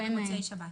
גם במוצאי שבת.